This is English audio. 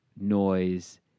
noise